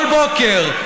כל בוקר: